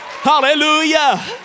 hallelujah